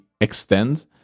extend